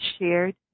shared